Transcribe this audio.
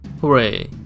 hooray